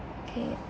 okay